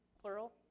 plural